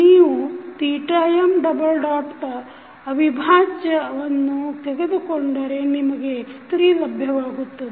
ನೀವು mಯ ಅವಿಭಾಜ್ಯ ವನ್ನು ತೆಗೆದುಕೊಂಡರೆ ನಿಮಗೆ x3ಲಭ್ಯವಾಗುತ್ತದೆ